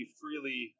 freely